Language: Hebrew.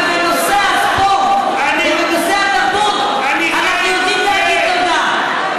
אבל בנושא הספורט ובנושא התרבות אנחנו יודעים להגיד תודה.